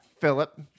Philip